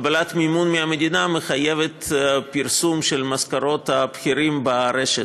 קבלת מימון מהמדינה מחייבת פרסום של משכורות הבכירים ברשת.